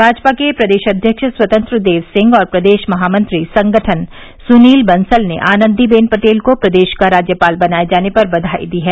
भाजपा के प्रदेश अध्यक्ष स्वतंत्र देव सिंह और प्रदेश महामंत्री संगठन सुनील बंसल ने आनन्दी बेन पटेल को प्रदेश का राज्यपाल बनाये जाने पर बघाई दी है